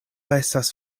estas